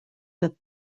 that